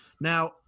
Now